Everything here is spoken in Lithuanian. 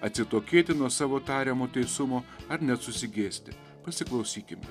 atsitokėti nuo savo tariamo teisumo ar net susigėsti pasiklausykime